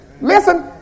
listen